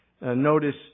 Notice